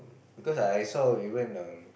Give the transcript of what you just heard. because I I saw even um